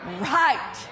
right